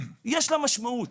יש לה משמעות.